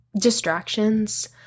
distractions